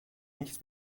nichts